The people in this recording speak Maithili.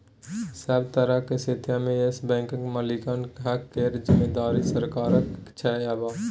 सभ तरहक स्थितिमे येस बैंकक मालिकाना हक केर जिम्मेदारी सरकारक छै आब